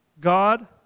God